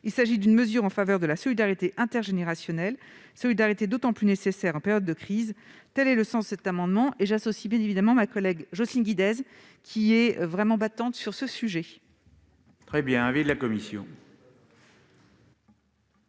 Il s'agit d'une mesure en faveur de la solidarité intergénérationnelle, solidarité d'autant plus nécessaire en période de crise. Tel est le sens de cet amendement, auquel j'associe particulièrement notre collègue Jocelyne Guidez, qui est très active sur ces questions. Quel est l'avis de la commission